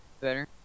Better